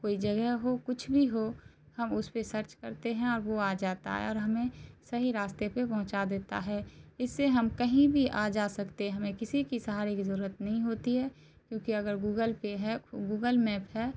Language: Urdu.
کوئی جگہ ہو کچھ بھی ہو ہم اس پہ سرچ کرتے ہیں اور وہ آ جاتا ہے اور ہمیں صحیح راستے پہ پہنچا دیتا ہے اس سے ہم کہیں بھی آ جا سکتے ہمیں کسی کی سہارے کی ضرورت نہیں ہوتی ہے کیوںکہ اگر گوگل پے ہے گوگل میپ ہے